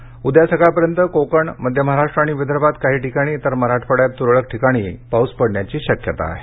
हवामान उद्या सकाळपर्यंत कोकण मध्य महाराष्ट्र आणि विदर्भात काही ठिकाणी तर मराठवाड्यात तुरळक ठिकाणी पाऊस पडण्याची शक्यता आहे